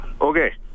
Okay